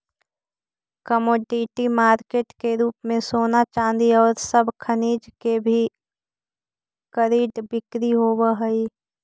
commodity market के रूप में सोना चांदी औउर सब खनिज के भी कर्रिड बिक्री होवऽ हई